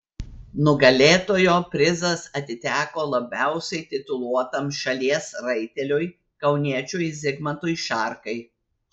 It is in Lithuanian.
nugalėtojo prizas atiteko labiausiai tituluotam šalies raiteliui kauniečiui zigmantui šarkai